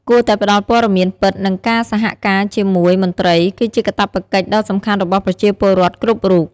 គួរតែផ្ដល់ព័ត៌មានពិត និងការសហការជាមួយមន្ត្រី គឺជាកាតព្វកិច្ចដ៏សំខាន់របស់ប្រជាពលរដ្ឋគ្រប់រូប។